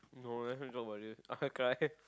no let's not talk about this I will cry